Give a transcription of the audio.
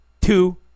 two